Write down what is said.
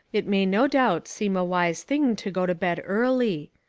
it may no doubt seem a wise thing to go to bed early.